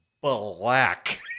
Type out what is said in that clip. black